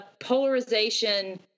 polarization